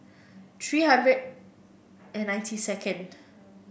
three hundred and ninety second